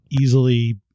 easily